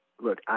Look